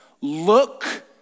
Look